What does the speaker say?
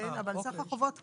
אבל סך החובות כאן,